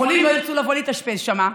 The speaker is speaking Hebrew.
חולים לא ירצו להתאשפז שם.